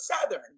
Southern